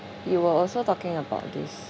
you were also talking about this